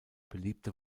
beliebte